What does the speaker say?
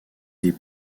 des